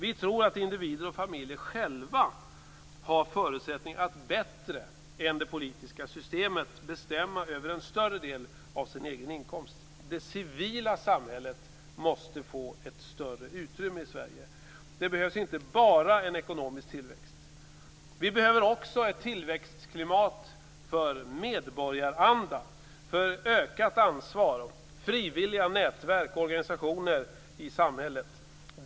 Vi tror att individer och familjer själva har bättre förutsättningar än det politiska systemet att bestämma över en större del av sin egen inkomst. Det civila samhället måste få ett större utrymme i Sverige. Det behövs inte bara en ekonomisk tillväxt. Vi behöver också ett tillväxtklimat för medborgaranda, för ökat ansvar och frivilliga nätverk och organisationer i samhället.